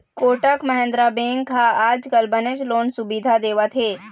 Kotak Mahindra bank ह आजकाल बनेच लोन सुबिधा देवत हे